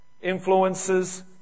influences